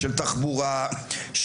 של תחבורה,